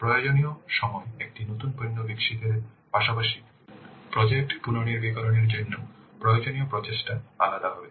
প্রয়োজনীয় সময় একটি নতুন পণ্য বিকশিত এর পাশাপাশি প্রজেক্ট পুনর্নবীকরণ এর জন্য প্রয়োজনীয় প্রচেষ্টা আলাদা হবে